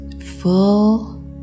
full